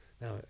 now